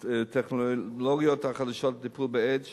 ובטכנולוגיות החדשות לטיפול באיידס